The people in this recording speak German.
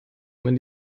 man